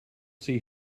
see